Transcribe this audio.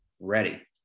Ready